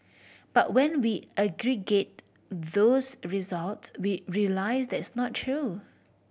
but when we aggregate those results we realise that's not true